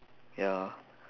ya